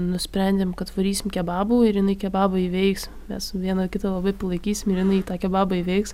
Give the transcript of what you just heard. nusprendėm kad varysim kebabų ir jinai kebabą įveiks mes viena kitą labai palaikysim ir jinai tą kebabą įveiks